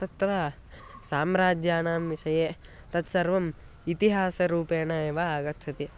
तत्र साम्राज्यानां विषये तत्सर्वम् इतिहासरूपेण एव आगच्छति